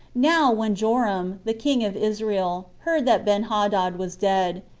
now when joram, the king of israel, heard that benhadad was dead,